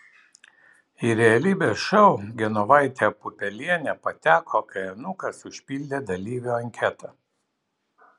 į realybės šou genovaitė pupelienė pateko kai anūkas užpildė dalyvių anketą